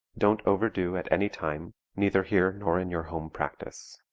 don't overdo at any time, neither here nor in your home practice.